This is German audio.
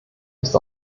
ist